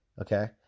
okay